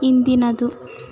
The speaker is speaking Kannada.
ಇಂದಿನದು